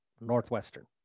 Northwestern